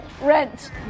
Rent